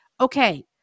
okay